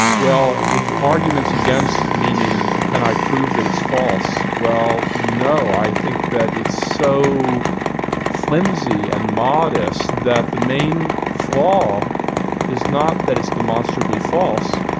well if arguments against meaning, can i prove that it's false? well no, i think that it's so flimsy and modest that the main flaw is not that it's demonstrably false,